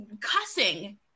cussing